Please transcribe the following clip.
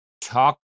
talk